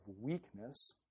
weakness